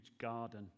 garden